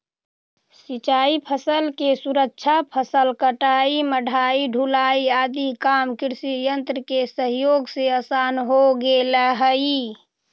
सिंचाई फसल के सुरक्षा, फसल कटाई, मढ़ाई, ढुलाई आदि काम कृषियन्त्र के सहयोग से आसान हो गेले हई